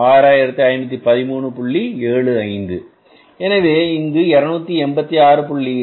75 எனவே இங்கு 286